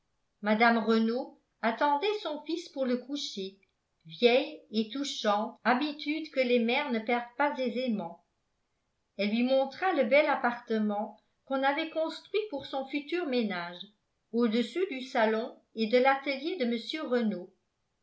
mme renault attendait son fils pour le coucher vieille et touchante habitude que les mères ne perdent pas aisément elle lui montra le bel appartement qu'on avait construit pour son futur ménage au-dessus du salon et de l'atelier de mr renault